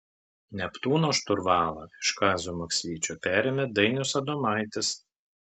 neptūno šturvalą iš kazio maksvyčio perėmė dainius adomaitis